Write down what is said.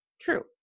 true